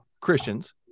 Christians